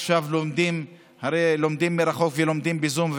עכשיו הרי לומדים מרחוק ולומדים בזום,